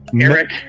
Eric